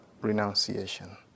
renunciation